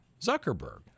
Zuckerberg